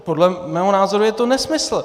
Podle mého názoru je to nesmysl.